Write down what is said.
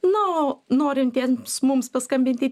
na o norintiems mums paskambinti